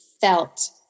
felt